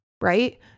right